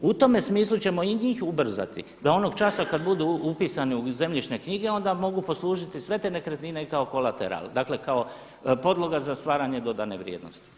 U tome smislu ćemo i njih ubrzati da onog časa kad budu upisani u zemljišne knjige onda mogu poslužiti sve te nekretnine kao kolateral, dakle kako podloga za stvaranje dodane vrijednosti.